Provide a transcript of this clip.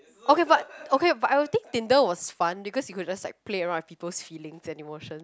okay but okay but I would think Tinder was fun because you could just play around with people's feelings and emotions